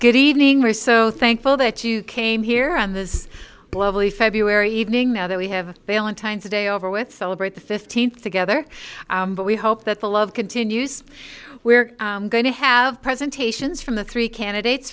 good evening ray so thankful that you came here on this globally february evening now that we have a failing time today over with celebrate the fifteenth together but we hope that the love continues we're going to have presentations from the three candidates